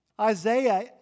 Isaiah